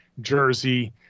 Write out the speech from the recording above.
jersey